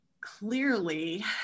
Clearly